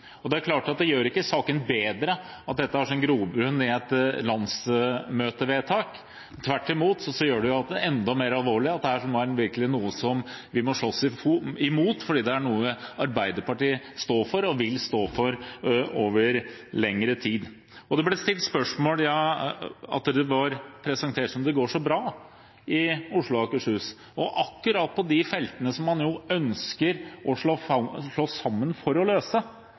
Det er klart at det gjør ikke saken bedre at dette har sin grobunn i et landsmøtevedtak. Tvert imot gjør det det enda mer alvorlig, dette er virkelig noe man må slåss imot, for det er noe Arbeiderpartiet står for og vil stå for over lengre tid. Det blir stilt spørsmål ved at det blir presentert som om det går så bra i Oslo og Akershus. Akkurat på de feltene man ønsker å slå sammen for å løse,